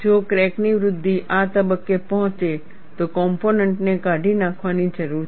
જો ક્રેક ની વૃદ્ધિ આ તબક્કે પહોંચે તો કોમ્પોનેન્ટને કાઢી નાખવાની જરૂર છે